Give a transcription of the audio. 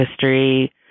history